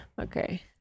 okay